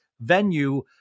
venue